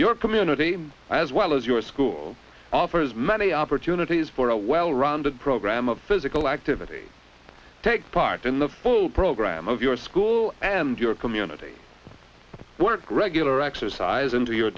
your community as well as yours offers many opportunities for a well rounded program of physical activity take part in the program of your school and your community work regular exercise into your